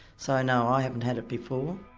so no, i haven't had it before.